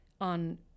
on